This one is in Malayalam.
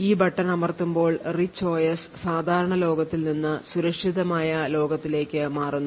ഈ ബട്ടൺ അമർത്തുമ്പോൾ റിച്ച് OS സാധാരണ ലോകത്ത് നിന്ന് സുരക്ഷിതമായ ലോകത്തിലേക്ക് മാറുന്നു